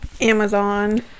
amazon